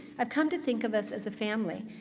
i've come to think of us as a family,